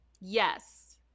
Yes